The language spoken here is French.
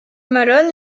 malone